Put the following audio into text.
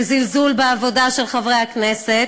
זה זלזול בעבודה של חברי הכנסת,